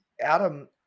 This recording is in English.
Adam